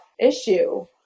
issue